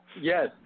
Yes